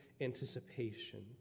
anticipation